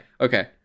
okay